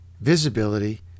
visibility